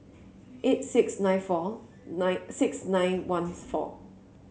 eight six nine four nine six nine one four